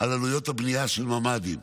על עלויות הבנייה של ממ"דים,